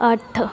ਅੱਠ